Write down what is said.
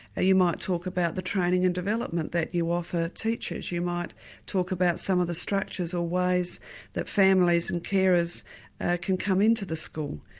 you might talk about the training and development that you offer teachers. you might talk about some of the structures or ways that families and carers can come into the school.